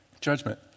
Judgment